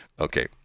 okay